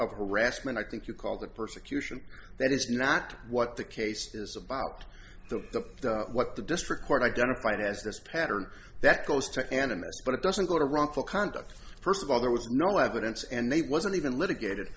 of harassment i think you call the persecution that is not what the case is about the what the district court identified as this pattern that goes to animals but it doesn't go to wrongful conduct first of all there was no evidence and they wasn't even litigated